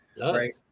Right